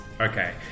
Okay